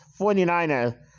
49ers